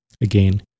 Again